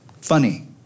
funny